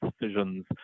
decisions